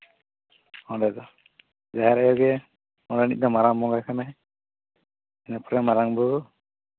ᱚᱸᱰᱮ ᱫᱚ ᱡᱟᱦᱮᱨ ᱟᱭᱳ ᱜᱮ ᱚᱸᱰᱮᱱᱤᱡ ᱫᱚ ᱢᱟᱨᱟᱝ ᱵᱚᱸᱜᱟ ᱠᱟᱱᱟᱭ ᱤᱱᱟᱹ ᱯᱚᱨᱮ ᱢᱟᱨᱟᱝ ᱵᱩᱨᱩ